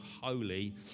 holy